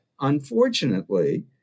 unfortunately